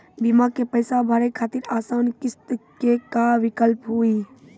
बीमा के पैसा भरे खातिर आसान किस्त के का विकल्प हुई?